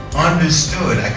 understood.